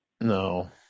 No